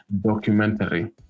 documentary